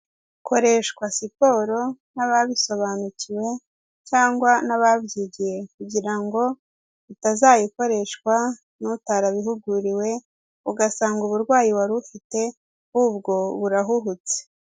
Koreshwa siporo n'ababisobanukiwe cyangwa n'ababyigiye kugira ngo utazayikoreshwa n'utarabihuguriwe, ugasanga uburwayi wari ufite ahubwo urahuhutse.